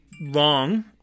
long